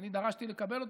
ואני דרשתי לקבל אותו,